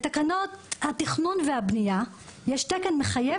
בתקנות התכנון והבנייה יש תקן מחייב